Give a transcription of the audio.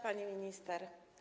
Pani Minister!